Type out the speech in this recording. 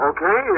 Okay